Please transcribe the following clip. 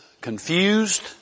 confused